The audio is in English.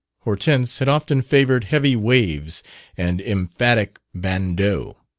hortense had often favored heavy waves and emphatic bandeaux.